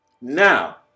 now